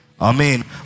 Amen